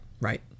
Right